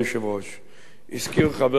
הזכיר חבר הכנסת טלב אלסאנע,